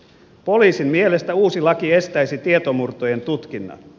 poliisin mielestä uusi laki estäisi tietomurtojen tutkinnan